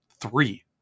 three